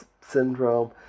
syndrome